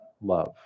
love